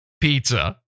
pizza